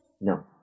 No